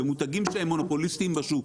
במותגים שהם מונופוליסטיים בשוק.